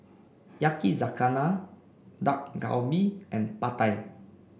Yakizakana Dak Galbi and Pad Thai